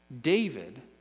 David